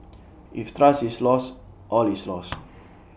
if trust is lost all is lost